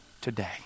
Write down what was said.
today